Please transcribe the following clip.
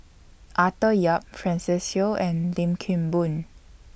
Arthur Yap Francis Seow and Lim Kim Boon